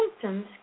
symptoms